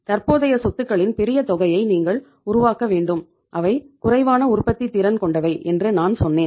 தற்போதைய சொத்துகளின் பெரிய தொகையை நீங்கள் உருவாக்க வேண்டும் அவை குறைவான உற்பத்தி திறன் கொண்டவை என்று நான் சொன்னேன்